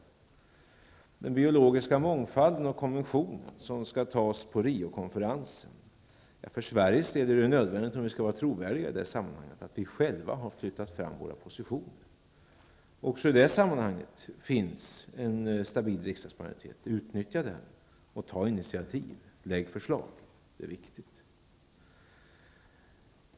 Vad beträffar den biologiska mångfalden och konventionen som skall tas på Riokonferensen är det nödvändigt för Sveriges del, om vi skall vara trovärdiga, att vi själva har flyttat fram våra positioner. Också i det sammanhanget finns det en stabil riksdagsmajoritet. Utnyttja den och ta initiativ, lägg fram förslag! Det är viktigt.